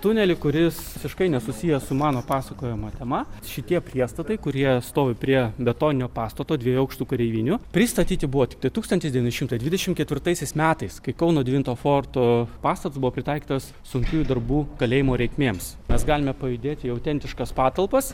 tunelį kuris visiškai nesusijęs su mano pasakojama tema šitie priestatai kurie stovi prie betoninio pastato dviejų aukštų kareivinių pristatyti buvo tiktai tūkstantis devyni šimtai dvidešimt ketvirtaisiais metais kai kauno devinto forto pastatas buvo pritaikytas sunkiųjų darbų kalėjimo reikmėms mes galime pajudėti į autentiškas patalpas